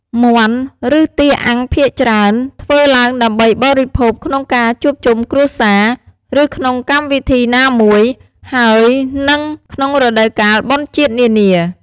មាន់ឬទាអាំងភាគច្រើន ធ្វើឡើងដើម្បីបរិភោគក្នុងការជួបជុំគ្រួសារ ឬក្នុងកម្មវិធីណាមួយ ហើយនិងក្នុងរដូវកាលបុណ្យជាតិនានា។